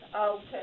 Okay